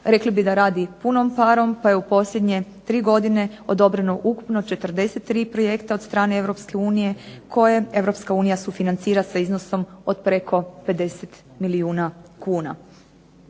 Rekli bi da radi punom parom pa je u posljednje 3 godine odobreno ukupno 43 projekta od strane EU koje EU sufinancira sa iznosom od preko 50 milijuna kuna.